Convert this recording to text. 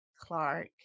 clark